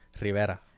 Rivera